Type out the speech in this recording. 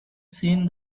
seen